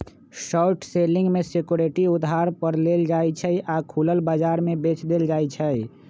short selling में security उधार पर लेल जाइ छइ आऽ खुलल बजार में बेच देल जाइ छइ